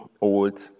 old